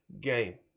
Game